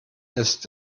ist